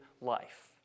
life